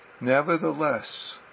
Nevertheless